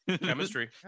chemistry